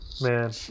man